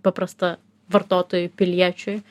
ypač paprasta vartotojui piliečiui